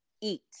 eat